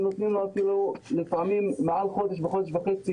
ונותנים לנו אפילו לפעמים מעל חודש וחודש וחצי ימים,